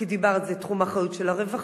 כי דיברת: זה תחום אחריות של הרווחה,